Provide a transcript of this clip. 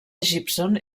gibson